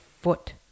Foot